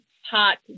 hot